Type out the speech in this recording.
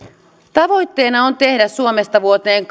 tavoitteena on tehdä suomesta vuoteen